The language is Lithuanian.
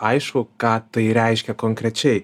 aišku ką tai reiškia konkrečiai